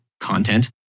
content